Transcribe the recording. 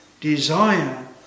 desire